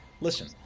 listen